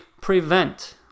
prevent